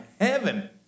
heaven